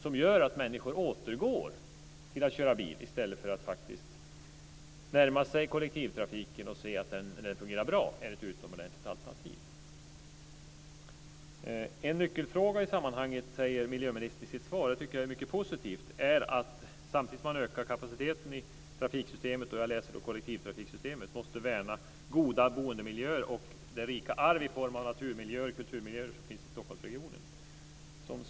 Det gör att människor återgår till att köra bil i stället för att närma sig kollektivtrafiken, se att den fungerar bra och är ett utomordentligt alternativ. Miljöministern säger i sitt svar något som jag tycker att mycket positivt. En nyckelfråga i sammanhanget är att man samtidigt som man ökar kapaciteten i trafiksystemet - och jag läser det som kollektivtrafiksystemet - måste värna goda boendemiljöer och det rika arv i form av naturmiljöer och kulturmiljöer som finns i Stockholmsregionen.